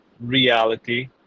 reality